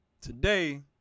today